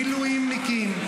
-- מילואימניקים,